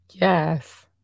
Yes